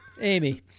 amy